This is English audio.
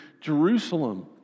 Jerusalem